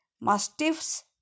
mastiffs